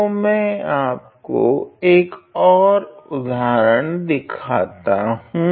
तो मैं आपको एक ओर उदहारण दिखता हूँ